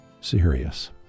serious